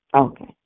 Okay